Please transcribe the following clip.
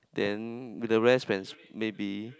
then the rest friends maybe